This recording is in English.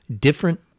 different